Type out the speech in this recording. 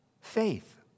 faith